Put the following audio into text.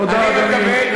תודה, אדוני.